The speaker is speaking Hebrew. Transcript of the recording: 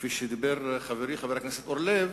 כפי שדיבר חברי חבר הכנסת אורלב,